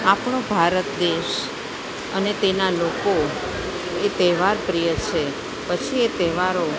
આપણો ભારત દેશ અને તેના લોકો એ તહેવાર પ્રિય છે પછી એ તહેવારો